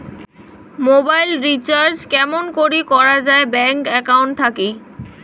Mobile recharge কেমন করি করা যায় ব্যাংক একাউন্ট থাকি?